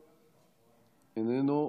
איננו,